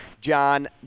john